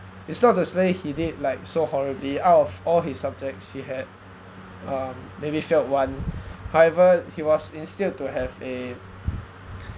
it's not as like he did like so horribly out of all his subjects he had( um) maybe failed one however he was instilled to have a